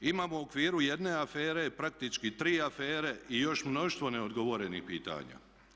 Imamo u okviru jedne afere praktički tri afere i još mnoštvo neodgovorenih pitanja.